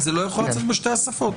אם זה לא יכול לצאת בשתי השפות,